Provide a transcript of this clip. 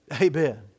Amen